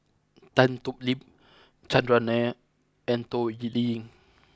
Tan Thoon Lip Chandran Nair and Toh Liying